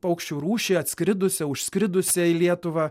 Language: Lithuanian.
paukščių rūšį atskridusią užskridusią į lietuvą